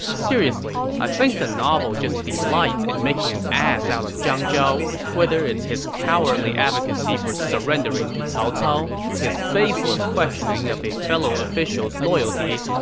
seriously, i think the novel delights in making an ass out of zhang zhao, whether it's his cowardly advocacy for surrendering to cao cao, his baseless questioning of a fellow official's loyalty,